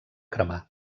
cremar